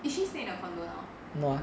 is she stay in the condo now